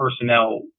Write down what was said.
personnel